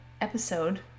episode